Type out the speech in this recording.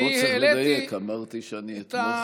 פה צריך לדייק: אמרתי שאני אתמוך,